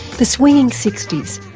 the swinging sixty s,